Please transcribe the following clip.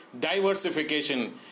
diversification